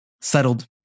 settled